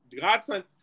Godson